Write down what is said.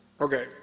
okay